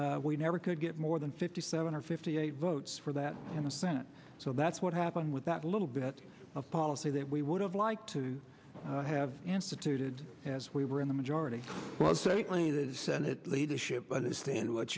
senate we never could get more than fifty seven or fifty eight votes for that i'm sent so that's what happened with that little bit of policy that we would have liked to have instituted as we were in the majority well certainly the senate leadership understand what